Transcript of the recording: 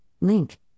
link